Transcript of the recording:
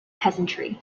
peasantry